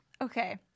okay